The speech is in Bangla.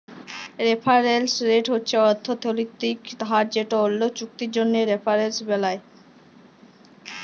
রেফারেলস রেট হছে অথ্থলৈতিক হার যেট অল্য চুক্তির জ্যনহে রেফারেলস বেলায়